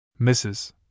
Mrs